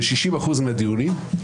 כ-60% מהדיונים,